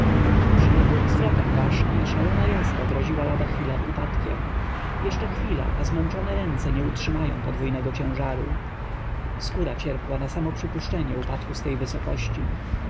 przy nagłych zwrotach ważki szalona jazda groziła lada chwila upadkiem jeszcze chwila a zmęczone ręce nie utrzymają podwójnego ciężaru skóra cierpła na samo przypuszczenie upadku z tej wysokości